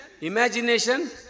imagination